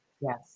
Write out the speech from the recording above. yes